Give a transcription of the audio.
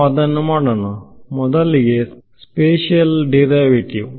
ನಾವು ಅದನ್ನು ಮಾಡೋಣ ಮೊದಲಿಗೆ ಸ್ಪೇಸಿಯಲ್ ಡಿರೈವೇಟಿವ್